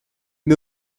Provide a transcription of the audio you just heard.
met